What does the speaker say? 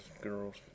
girls